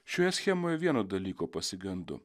šioje schemoj vieno dalyko pasigendu